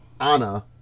Anna